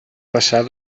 passar